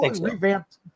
revamped